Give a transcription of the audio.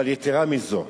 יתירה מזאת,